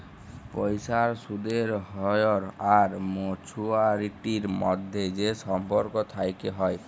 পয়সার সুদের হ্য়র আর মাছুয়ারিটির মধ্যে যে সম্পর্ক থেক্যে হ্যয়